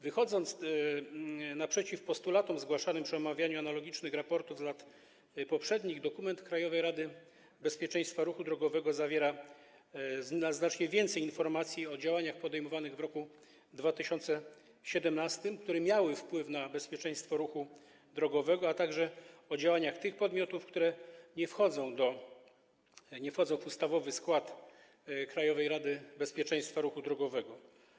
Wychodząc naprzeciw postulatom zgłaszanym przy omawianiu analogicznych raportów z lat poprzednich, dokument Krajowej Rady Bezpieczeństwa Ruchu Drogowego zawiera znacznie więcej informacji o działaniach podejmowanych w roku 2017, które miały wpływ na bezpieczeństwo ruchu drogowego, a także o działaniach tych podmiotów, które nie wchodzą w ustawowy skład Krajowej Rady Bezpieczeństwa Ruchu Drogowego.